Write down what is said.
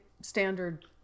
standard